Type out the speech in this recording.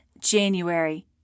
January